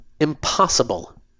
impossible